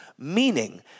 Meaning